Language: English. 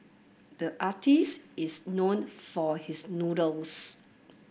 the artist is known for his noodles